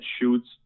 shoots